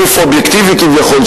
גוף אובייקטיבי כביכול,